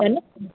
भन्नुहोस् न